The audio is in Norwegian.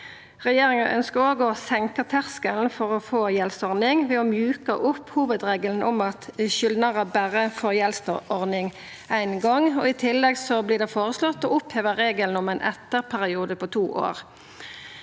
Regjeringa ønskjer òg å senka terskelen for å få gjeldsordning ved å mjuka opp hovudregelen om at skyldnaren berre får gjeldsordning ein gong. I tillegg vert det føreslått å oppheva regelen om ein etterperiode på to år.